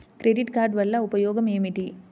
Credit card వల్ల ఉపయోగం ఏమిటీ?